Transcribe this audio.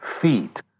feet